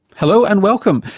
hello and welcome,